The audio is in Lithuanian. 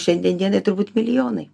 šiandien turbūt milijonai